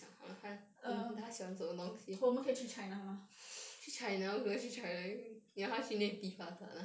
err 我们可以去 china 吗